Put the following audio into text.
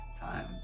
time